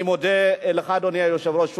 אני מודה לך, אדוני היושב-ראש.